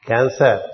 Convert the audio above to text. Cancer